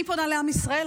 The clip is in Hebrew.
אני פונה לעם ישראל,